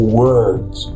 words